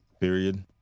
period